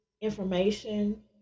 information